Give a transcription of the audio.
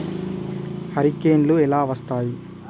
హరికేన్లు ఎలా వస్తాయి?